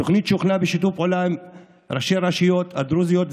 תוכנית שהוכנה בשיתוף פעולה עם ראשי רשויות דרוזיות,